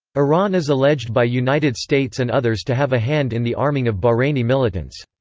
iran is alleged by united states and others to have a hand in the arming of bahraini militants.